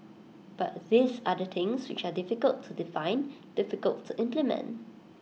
but these are the things which are difficult to define difficult to implement